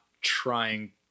trying